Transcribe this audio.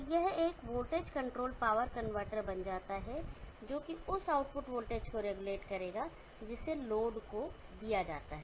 तो यह एक वोल्टेज कंट्रोल्ड पावर कन्वर्टर बन जाता है जो की उस आउटपुट वोल्टेज को रेगुलेट करेगा जिसे लोड को दिया जाता है